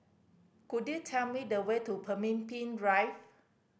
could you tell me the way to Pemimpin Drive